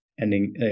Ending